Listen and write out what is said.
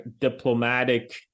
diplomatic